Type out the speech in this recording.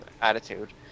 attitude